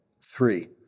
Three